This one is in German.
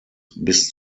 bis